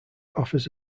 offers